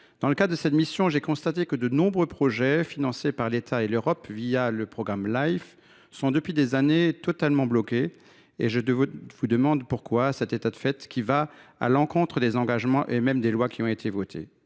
dans le cadre de cette mission, j’ai constaté que de nombreux projets financés par l’État et l’Europe le programme Life sont depuis des années totalement bloqués. Comment expliquer cet état de fait, qui va à l’encontre des engagements pris et même des lois votées